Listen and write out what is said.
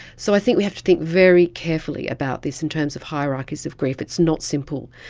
so i think we have to think very carefully about this in terms of hierarchies of grief, it's not simple,